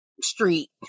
street